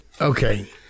Okay